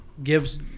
Gives